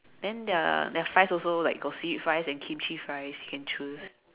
then their their fries also like got seaweed fries and kimchi fries you can choose